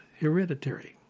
hereditary